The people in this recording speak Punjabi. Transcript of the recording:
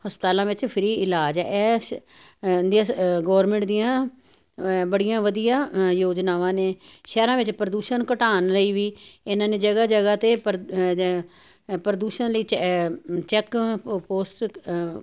ਹਸਪਤਾਲਾਂ ਵਿੱਚ ਫਰੀ ਇਲਾਜ ਹੈ ਇਸ ਗੌਰਮੈਂਟ ਦੀਆਂ ਬੜੀਆਂ ਵਧੀਆ ਯੋਜਨਾਵਾਂ ਨੇ ਸ਼ਹਿਰਾਂ ਵਿੱਚ ਪ੍ਰਦੂਸ਼ਣ ਘਟਾਉਣ ਲਈ ਵੀ ਇਹਨਾਂ ਨੇ ਜਗ੍ਹਾ ਜਗ੍ਹਾ 'ਤੇ ਪ੍ਰਦੂਸ਼ਣ ਲਈ ਚੈ ਚੈੱਕ ਪੋਸਟ